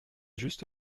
juste